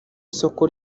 isoko